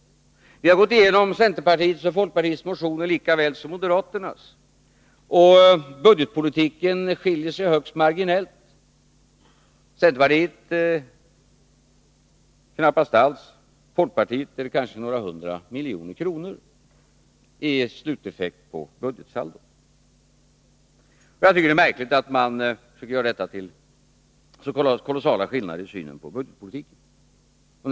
Vi har gått igenom centerns och folkpartiets motioner lika väl som moderaternas. Budgetpolitiken skiljer sig högst marginellt — vad gäller centerpartiet är det knappast någon skillnad alls, och mellan folkpartiets och vår politik skiljer det kanske några hundra miljoner kronor i sluteffekt på budgetsaldot. Jag tycker att det är märkligt att man försöker göra detta till kolossala skillnader i synen på budgetpolitiken.